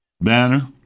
Banner